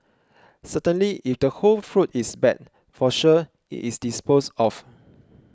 certainly if the whole fruit is bad for sure it is disposed of